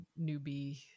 newbie